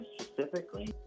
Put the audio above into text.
specifically